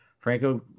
Franco